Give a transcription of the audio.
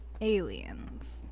Aliens